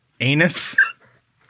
anus